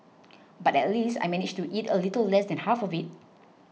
but at least I managed to eat a little less than half of it